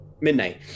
midnight